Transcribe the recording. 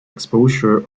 exposure